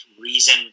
reason